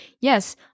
yes